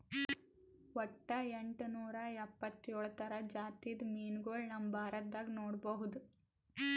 ವಟ್ಟ್ ಎಂಟನೂರಾ ಎಪ್ಪತ್ತೋಳ್ ಥರ ಜಾತಿದ್ ಮೀನ್ಗೊಳ್ ನಮ್ ಭಾರತದಾಗ್ ನೋಡ್ಬಹುದ್